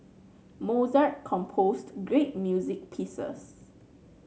Mozart composed great music pieces